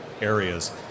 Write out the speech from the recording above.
areas